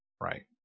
right